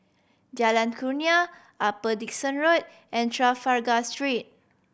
Jalan Kurnia Upper Dickson Road and Trafalgar Street